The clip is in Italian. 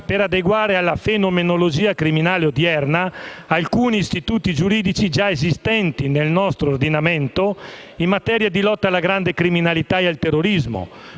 e adeguare alla fenomenologia criminale odierna alcuni istituti giuridici già esistenti nel nostro ordinamento, in materia di lotta alla grande criminalità e al terrorismo,